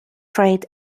trade